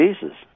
Jesus